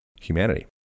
humanity